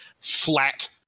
flat